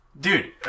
Dude